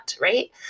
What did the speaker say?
right